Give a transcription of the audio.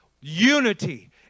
Unity